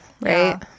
right